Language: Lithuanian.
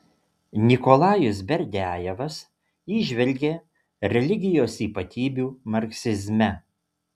nikolajus berdiajevas įžvelgė religijos ypatybių marksizme